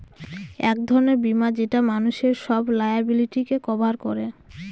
এক ধরনের বীমা যেটা মানুষের সব লায়াবিলিটিকে কভার করে